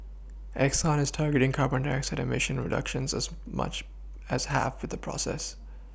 Exxon is targeting carbon dioxide eMission reductions as much as half with the process